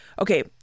okay